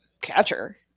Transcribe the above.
catcher